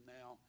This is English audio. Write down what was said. now